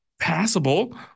passable